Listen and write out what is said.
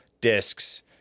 discs